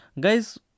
Guys